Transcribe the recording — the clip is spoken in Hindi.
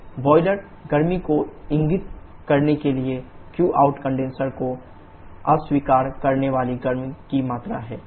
बॉयलर गर्मी को इंगित करने के लिए क्यूआउट कंडेनसर को अस्वीकार करने वाली गर्मी की मात्रा है